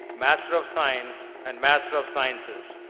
master of science, and master of sciences.